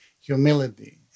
humility